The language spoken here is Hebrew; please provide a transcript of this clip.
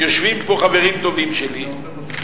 יושבים פה חברים טובים שלי,